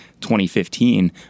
2015